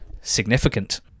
Significant